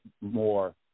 more